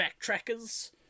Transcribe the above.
backtrackers